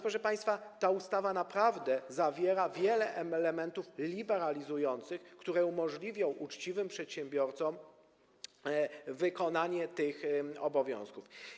Proszę państwa, ta ustawa naprawdę zawiera wiele elementów liberalizujących, które umożliwią uczciwym przedsiębiorcom wykonanie tych obowiązków.